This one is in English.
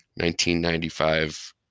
1995